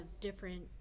different